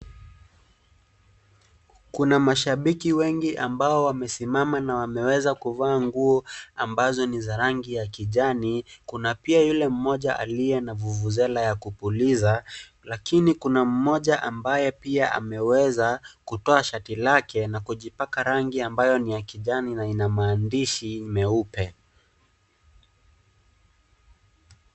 Kuna mashabiki wengi ambao wamesimama na wameweza kuvaa nguo ambazo ni za rangi ya kijani. Kuna pia yule mmoja aliye na vuvuzela ya kupuliza, lakini kuna mmoja ambaye pia ameweza kutoa shati lake na kujipaka rangi ambayo ni ya kijani na ina maandishi meupe.